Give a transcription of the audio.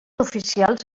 oficials